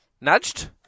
nudged